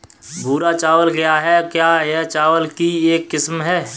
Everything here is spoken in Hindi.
भूरा चावल क्या है? क्या यह चावल की एक किस्म है?